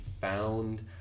found